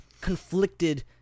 conflicted